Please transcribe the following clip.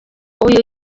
uyu